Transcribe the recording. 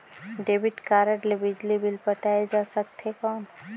Debit card ले बिजली bill पटाय जा सकथे कौन?